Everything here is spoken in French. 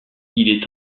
est